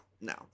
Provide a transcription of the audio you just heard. no